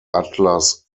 atlas